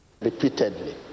repeatedly